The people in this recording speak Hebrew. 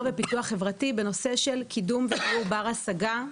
ופיתוח חברתי בנושא של קידום דיור בר השגה,